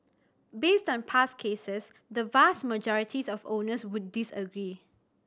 based on past cases the vast majorities of owners would disagree